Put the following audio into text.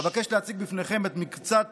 אבקש להציג בפניכם את מקצת